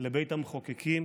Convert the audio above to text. לבית המחוקקים,